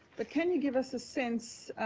but can you give us a sense